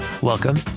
Welcome